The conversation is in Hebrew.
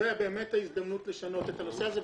זו באמת ההזדמנות לשנות את הנושא הזה.